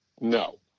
No